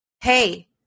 Hey